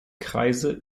kreise